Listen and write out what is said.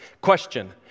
Question